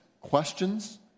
questions